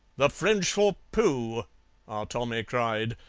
the french for pooh! our tommy cried.